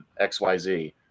XYZ